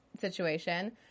situation